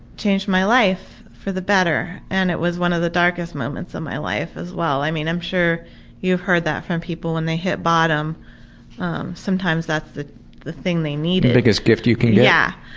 changed my life for the better and it was one of the darkest moments of my life as well. i'm and i'm sure you've heard that from people, when they hit bottom sometimes that's the the thing they needed. the biggest gift you can get. yeah.